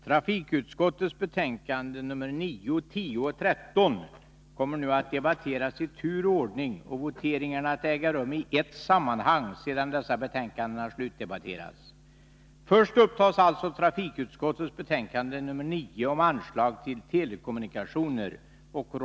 Trafikutskottets betänkanden 9, 10 och 13 kommer nu att debatteras i tur och ordning och voteringarna kommer att äga rum i ett sammanhang sedan dessa betänkanden har slutdebatterats. Först upptas alltså trafikutskottets betänkande 9 om anslag till Telekommunikationer.